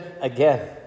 again